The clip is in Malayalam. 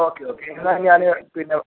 ഓക്കെ ഓക്കെ എന്നാൽ ഞാൻ പിന്നെ